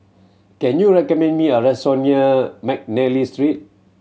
can you recommend me a restaurant near McNally Street